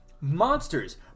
Monsters